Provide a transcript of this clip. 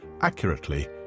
accurately